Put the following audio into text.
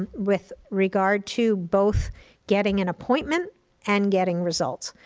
with regard to both getting an appointment and getting results.